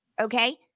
okay